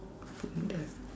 புண்ட:punda